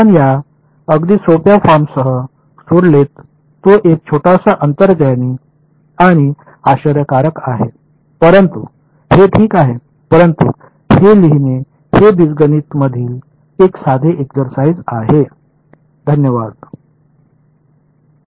आपण या अगदी सोप्या फॉर्मसह सोडलेत तो एक छोटासा अंतर्ज्ञानी आणि आश्चर्यकारक आहे परंतु हे ठीक आहे परंतु हे लिहिणे हे बीजगणित मधील एक साधे एक्सरसाईझ आहे